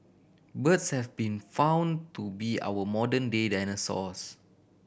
birds have been found to be our modern day dinosaurs